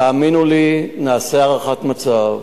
תאמינו לי, נעשה הערכת מצב,